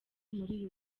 muri